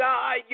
God